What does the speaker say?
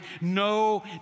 no